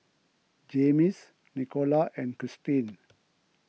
Jaymes Nicola and Christeen